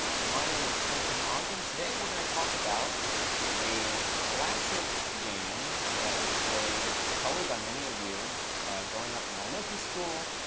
and my name is colton ogden. today we're going to talk about a classic game that was played probably by many of you growing up in elementary school,